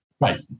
Right